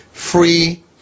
Free